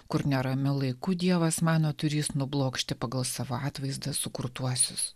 kur neramiu laiku dievas mano turys nublokšti pagal savo atvaizdą sukurtuosius